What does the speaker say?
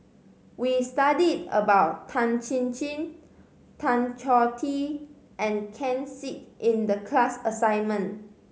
we studied about Tan Chin Chin Tan Choh Tee and Ken Seet in the class assignment